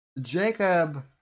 Jacob